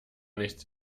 nicht